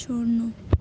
छोड्नु